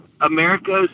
America's